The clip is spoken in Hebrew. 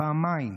פעמיים.